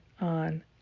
on